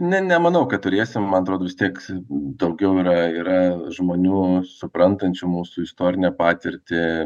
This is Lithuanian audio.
ne nemanau kad turėsim man atrodo vis tiek daugiau yra yra žmonių suprantančių mūsų istorinę patirtį